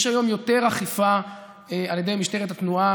יש היום יותר אכיפה על ידי משטרת התנועה